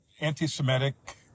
anti-Semitic